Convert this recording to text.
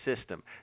system